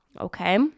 Okay